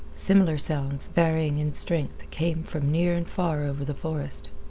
similar sounds, varying in strength, came from near and far over the forest.